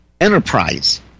enterprise